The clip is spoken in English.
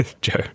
Joe